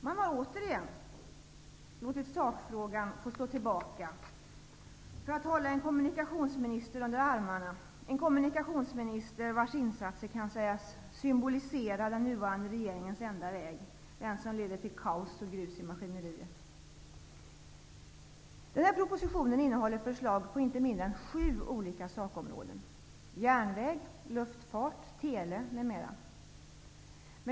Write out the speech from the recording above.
Man har återigen låtit sakfrågan stå tillbaka för att hålla en kommunikationsminister under armarna. Det handlar om en kommunikationsminister vars insatser kan sägas symbolisera den nuvarande regeringens enda väg, nämligen den som leder till kaos och grus i maskineriet. Propositionen innehåller förslag på inte mindre än sju olika sakområden, järnväg, luftfart, tele m.m.